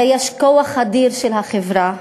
הרי יש כוח אדיר של החברה,